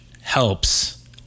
helps